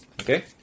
Okay